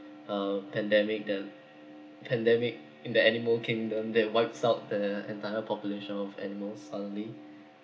uh pandemic that pandemic in the animal kingdom that wipes out the entire population of animals suddenly